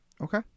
Okay